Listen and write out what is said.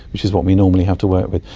which is what we normally have to work with.